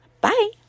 Bye